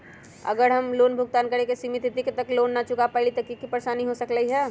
अगर हम लोन भुगतान करे के सिमित तिथि तक लोन न चुका पईली त की की परेशानी हो सकलई ह?